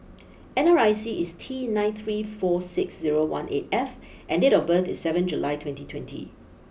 N R I C is T nine three four six zero one eight F and date of birth is seven July twenty twenty